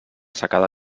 secada